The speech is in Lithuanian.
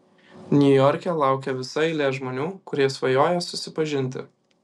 niujorke laukia visa eilė žmonių kurie svajoja susipažinti